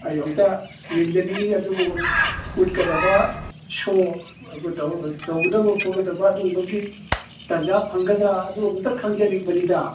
ꯑꯩ ꯑꯃꯨꯛꯇ ꯌꯦꯡꯖꯅꯤꯡꯉꯤ ꯑꯗꯨꯕꯨ ꯎꯠꯀꯗꯕ ꯁꯣ ꯇꯧꯒꯗꯕ ꯈꯣꯠꯀꯗꯕ ꯑꯗꯨꯝꯕꯒꯤ ꯇꯟꯖꯥ ꯐꯪꯒꯗ꯭ꯔꯥ ꯑꯗꯨ ꯑꯃꯨꯛꯇ ꯈꯪꯖꯅꯤꯡꯕꯅꯤꯗ